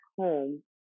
home